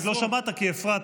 רק לא שמעת כי הפרעת,